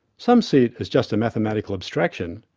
some see it as just a mathematical abstraction,